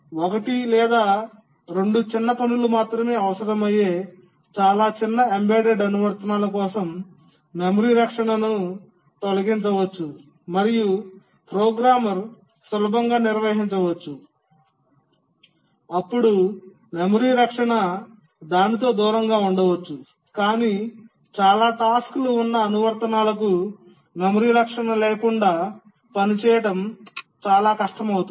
ఒకటి లేదా రెండు చిన్న పనులు మాత్రమే అవసరమయ్యే చాలా చిన్న ఎంబెడెడ్ అనువర్తనాల కోసం మెమరీ రక్షణను తొలగించవచ్చు మరియు ప్రోగ్రామర్ సులభంగా నిర్వహించవచ్చు అప్పుడు మెమరీ రక్షణ దానితో దూరంగా ఉండవచ్చు కానీ చాలా టాస్క్లు ఉన్న అనువర్తనాలకు మెమరీ రక్షణ లేకుండా పనిచేయడం చాలా కష్టం అవుతుంది